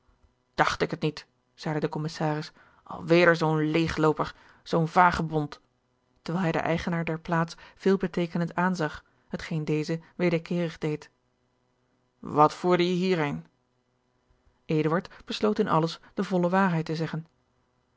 dacht ik het niet zei de commissaris al weder zoo'n leeggeorge een ongeluksvogel looper zoo'n vagebond terwijl hij den eigenaar der plaats veelbeteekenend aanzag hetgeen deze wederkeerig deed wat voerde je hier heen eduard besloot in alles de volle waarheid te zeggen